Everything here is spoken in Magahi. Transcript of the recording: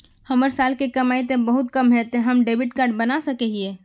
हमर साल के कमाई ते बहुत कम है ते हम डेबिट कार्ड बना सके हिये?